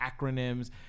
acronyms